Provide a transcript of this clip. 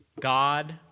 God